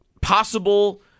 possible